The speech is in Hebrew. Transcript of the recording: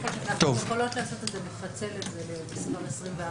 אנחנו יכולות לפצל את זה --- אפשר,